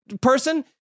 person